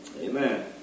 Amen